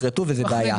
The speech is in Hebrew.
נכרתו וזו בעיה.